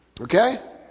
Okay